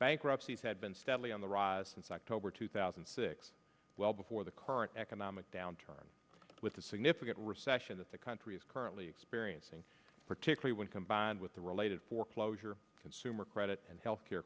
bankruptcy's had been steadily on the rise since october two thousand and six well before the current economic downturn with the significant recession that the country is currently experiencing particularly when combined with the related foreclosure consumer credit and health care